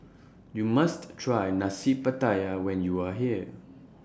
YOU must Try Nasi Pattaya when YOU Are here